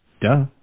duh